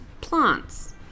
plants